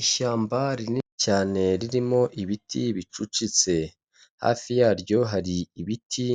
Ishyamba rinini cyane ririmo ibiti bicucitse, hafi yaryo hari ibiti